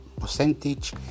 percentage